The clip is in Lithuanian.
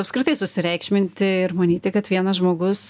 apskritai susireikšminti ir manyti kad vienas žmogus